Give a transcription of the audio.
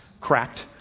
Cracked